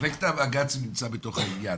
מחלקת בג"ץ נמצאת בתוך העניין,